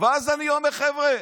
ואז אני אומר: חבר'ה,